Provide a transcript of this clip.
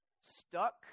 stuck